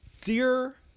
Dear